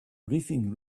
briefing